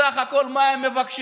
בסך הכול מה הם מבקשים?